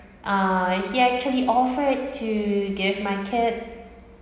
uh he actually offered to give my kid